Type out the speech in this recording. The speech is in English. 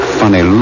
funny